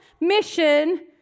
mission